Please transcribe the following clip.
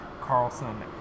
Carlson